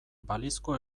balizko